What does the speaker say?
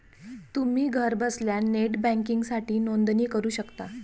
तुम्ही घरबसल्या नेट बँकिंगसाठी नोंदणी करू शकता